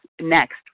next